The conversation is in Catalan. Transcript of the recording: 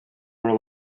molt